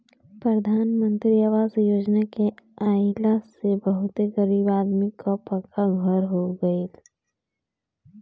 प्रधान मंत्री आवास योजना के आइला से बहुते गरीब आदमी कअ पक्का घर हो गइल